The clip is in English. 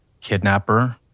Kidnapper